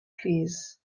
plîs